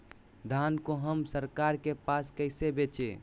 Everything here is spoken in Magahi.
धान को हम सरकार के पास कैसे बेंचे?